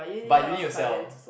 but you need to sell